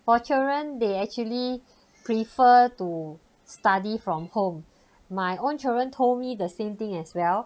for children they actually prefer to study from home my own children told me the same thing as well